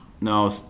No